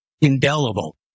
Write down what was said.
Indelible